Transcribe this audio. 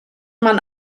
man